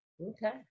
Okay